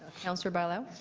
counselor bailao